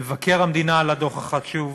למבקר המדינה על הדוח החשוב,